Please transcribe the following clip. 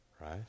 Right